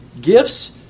gifts